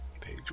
page